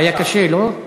היה קשה, לא?